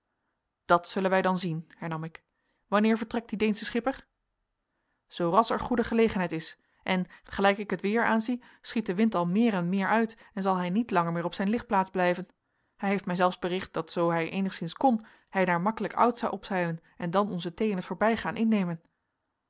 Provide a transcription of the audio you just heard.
dat zullen wij dan zien hernam ik wanneer vertrekt die deensche schipper zoo ras er goede gelegenheid is en gelijk ik het weer aanzie schiet de wind al meer en meer uit en zal hij niet lang meer op zijn ligplaats blijven hij heeft mij zelfs bericht dat zoo hij eenigszins kon hij naar maklijk oud zou opzeilen en dan onze thee in t voorbijgaan innemen